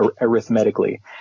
arithmetically